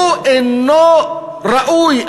הוא אינו ראוי,